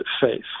faith